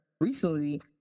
recently